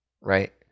Right